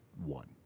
one